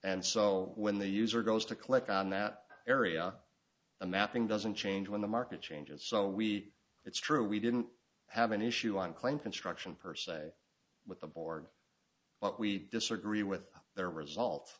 and so when the user goes to click on that area the mapping doesn't change when the market changes so we it's true we didn't have an issue on claim construction per se with the borg but we disagree with their results